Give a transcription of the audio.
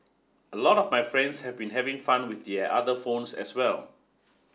a lot of my friends have been having fun with their other phones as well